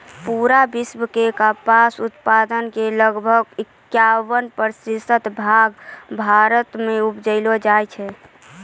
पूरा विश्व के कपास उत्पादन के लगभग इक्यावन प्रतिशत भाग भारत मॅ उपजैलो जाय छै